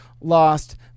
lost